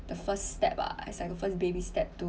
the first step ah as I a first baby step to